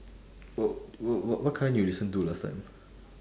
wh~ wh~ wha~ what kind do you listen to last time